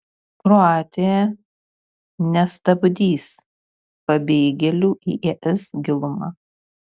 kroatija nestabdys pabėgėlių į es gilumą